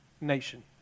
nation